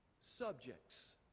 subjects